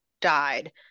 died